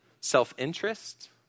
self-interest